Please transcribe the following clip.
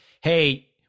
hey